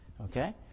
Okay